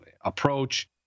approach